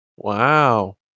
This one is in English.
Wow